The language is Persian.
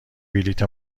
بلیط